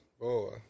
boy